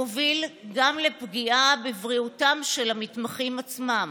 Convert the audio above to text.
הדבר מוביל גם לפגיעה בבריאותם של המתמחים עצמם.